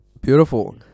Beautiful